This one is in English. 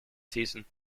season